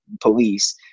police